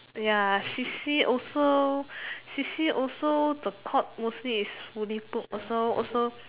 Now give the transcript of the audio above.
ya C_C also C_C also the court mostly is fully booked also also